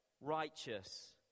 righteous